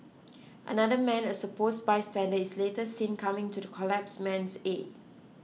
another man a suppose bystander is later seen coming to the collapse man's aid